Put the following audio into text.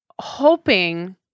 hoping